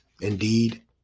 indeed